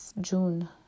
june